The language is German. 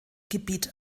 gebiet